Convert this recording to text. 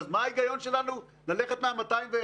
אז מה ההיגיון שלנו ללכת מה-201?